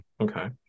Okay